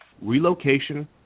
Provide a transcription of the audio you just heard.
relocation